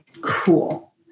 cool